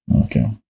Okay